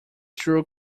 true